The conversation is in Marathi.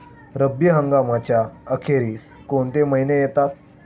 रब्बी हंगामाच्या अखेरीस कोणते महिने येतात?